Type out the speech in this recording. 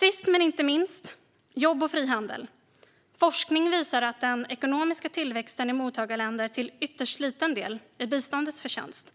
Sist men inte minst handlar det om jobb och frihandel. Forskning visar att den ekonomiska tillväxten i mottagarländer till ytterst liten del är biståndets förtjänst.